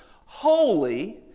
holy